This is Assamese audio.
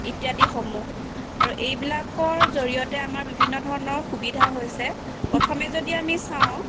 ইত্যাদিসমূহ আৰু এইবিলাকৰ জৰিয়তে আমাৰ বিভিন্ন ধৰণৰ সুবিধা হৈছে প্ৰথমে যদি আমি চাওঁ